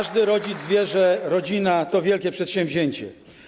Każdy rodzic wie, że rodzina to wielkie przedsięwzięcie.